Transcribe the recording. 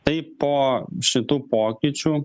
tai po šitų pokyčių